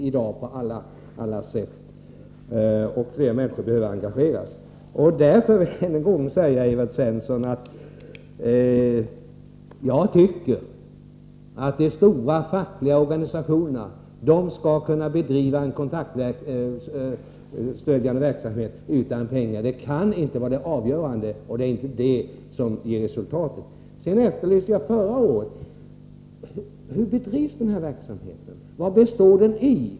Men fler människor behöver engageras, och därför vill jag säga än en gång, Evert Svensson, att jag tycker att de stora fackliga organisationerna skall kunna bedriva en kamratstödjande verksamhet utan bidrag. Pengar kan inte vara det avgörande — det är inte dessa som ger resultatet. Redan förra året ställde jag frågan: Hur bedrivs den här verksamheten? Vad består den i?